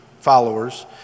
followers